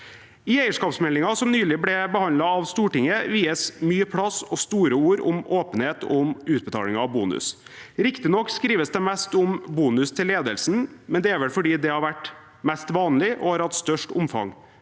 I eierskapsmeldingen, som nylig ble behandlet av Stortinget, vies det mye plass og store ord til åpenhet og til utbetalinger og bonus. Riktignok skrives det mest om bonus til ledelsen – det er vel fordi det har vært mest vanlig og har hatt størst omfang,